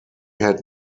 had